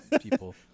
people